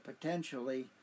potentially